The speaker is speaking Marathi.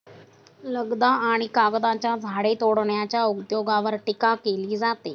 लगदा आणि कागदाच्या झाडे तोडण्याच्या उद्योगावर टीका केली जाते